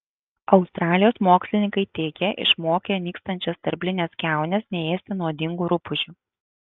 australijos mokslininkai teigia išmokę nykstančias sterblines kiaunes neėsti nuodingų rupūžių